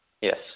Yes